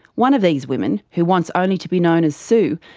one of these women, who wants only to be known as sue,